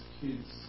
kids